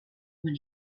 when